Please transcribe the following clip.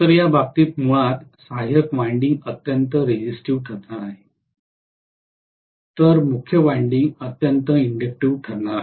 तर या बाबतीत मुळात सहाय्यक वायंडिंग अत्यंत रेजिस्टीव ठरणार आहे तर मुख्य वायंडिंग अत्यंत इण्डक्टिव ठरणार आहे